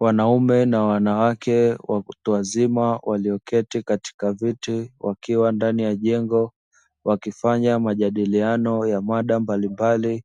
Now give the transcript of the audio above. Wanaume na wanawake watu wazima walioketi katika viti, wakiwa ndani ya jengo wakifanya majadiliano ya maada mbalimbali;